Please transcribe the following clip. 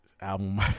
album